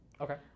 Okay